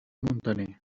muntaner